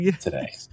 today